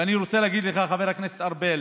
ואני רוצה להגיד לך, חבר הכנסת ארבל: